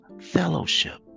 Fellowship